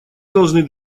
должны